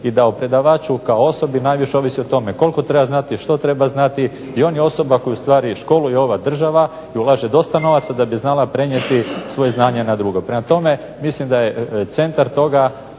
I da o predavaču kao osobi najviše ovisi o tome koliko treba znati, što treba znati i on je osoba koju ustvari školuje ova država i ulaže dosta novaca da bi znala prenijeti svoje znanje na drugog. Prema tome, mislim da je centar toga